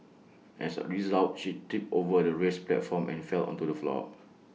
as A result she tripped over the raised platform and fell onto the floor